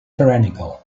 tyrannical